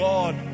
God